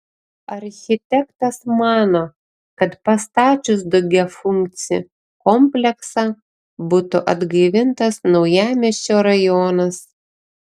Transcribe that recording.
architektas mano kad pastačius daugiafunkcį kompleksą būtų atgaivintas naujamiesčio rajonas